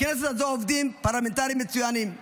בכנסת הזו עובדים פרלמנטרים מצוינים,